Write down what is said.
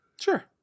Sure